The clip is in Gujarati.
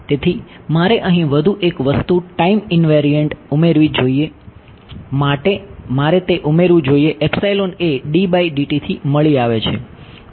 તેથી તે તમામ પ્રકારની ગૂંચવણો ઉમેરવી જોઈએ શ માટે મારે તે ઉમેરવું જોઈએ એ થી મળી આવે છે